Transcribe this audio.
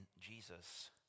Jesus